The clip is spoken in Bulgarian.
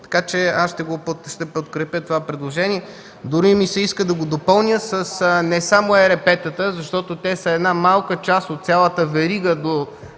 регулиране. Ще подкрепя това предложение дори ми се иска да го допълня не само с ЕРП-тата, защото те са малка част от цялата верига до